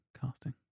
casting